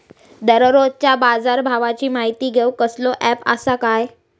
दररोजच्या बाजारभावाची माहिती घेऊक कसलो अँप आसा काय?